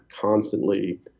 constantly